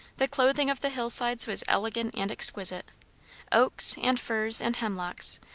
the clothing of the hill-sides was elegant and exquisite oaks, and firs, and hemlocks,